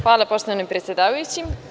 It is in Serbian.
Hvala poštovani predsedavajući.